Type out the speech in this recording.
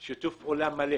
יש שיתוף פעולה מלא